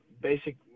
basic